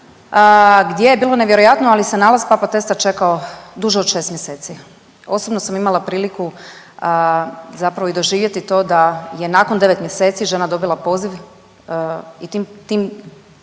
gdje je bilo nevjerojatno ali se nalaz papa testa čekao duže od 6 mjeseci. Osobno sam imala priliku zapravo i doživjeti to da je nakon 9 mjeseci žena dobila poziv i tim,